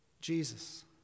Jesus